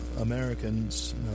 Americans